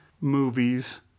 movies